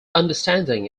understanding